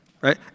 right